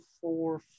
four